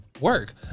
Work